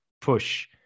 push